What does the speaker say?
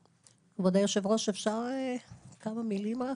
כבוד היושב ראש, אפשר כמה מילים רק,